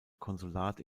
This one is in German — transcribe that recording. konsulat